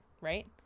right